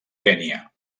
kenya